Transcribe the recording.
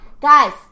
Guys